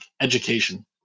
education